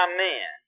Amen